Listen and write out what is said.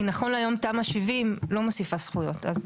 כי נכון להיום תמ"א 70 לא מוסיפה זכויות.